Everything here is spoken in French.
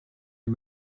les